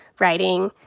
writing,